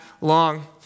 long